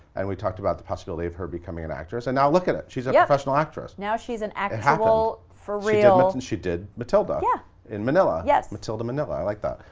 and we talked about the possibility of her becoming an actress, and now look at it! she's a professional actress. now she's an actual, for real. and she did matilda yeah in manila. yeah matilda manila. i like that.